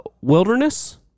wilderness